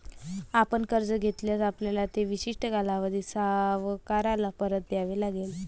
आपण कर्ज घेतल्यास, आपल्याला ते विशिष्ट कालावधीत सावकाराला परत द्यावे लागेल